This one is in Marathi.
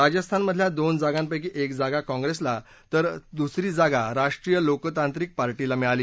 राजस्थान मधल्या दोन जागांपैकी एक जागा काँप्रेसला तर दुसरी जागा राष्ट्रीय लोकतांत्रिक पार्टीला मिळाली